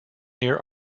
near